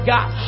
God